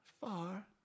far